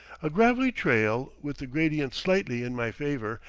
a gravelly trail, with the gradient slightly in my favor,